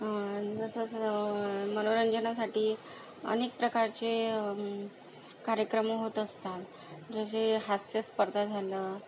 जसं मनोरंजनासाठी अनेक प्रकारचे कार्यक्रम होत असतात जसे हास्यस्पर्धा झालं